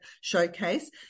showcase